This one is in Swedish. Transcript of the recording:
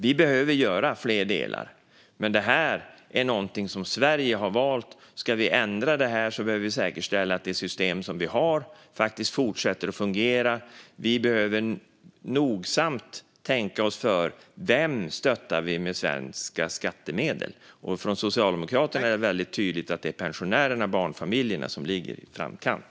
Vi behöver göra mer, men det här är någonting som Sverige har valt. Ska vi ändra på det behöver vi säkerställa att det system som vi har faktiskt fortsätter att fungera. Vi behöver nogsamt tänka oss för vilka vi stöttar med svenska skattemedel. Från Socialdemokraterna är det väldigt tydligt att det är pensionärerna och barnfamiljerna som ligger i framkant.